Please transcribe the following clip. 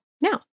now